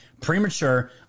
premature